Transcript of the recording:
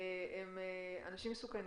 אנשים מסוכנים,